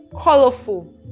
colorful